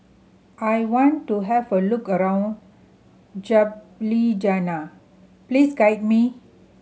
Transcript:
I want to have a look around Ljubljana please guide me